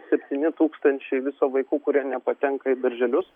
septyni tūkstančiai viso vaikų kurie nepatenka į darželius